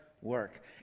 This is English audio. work